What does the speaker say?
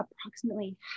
approximately